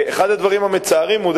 אחד הדברים המצערים הוא,